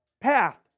path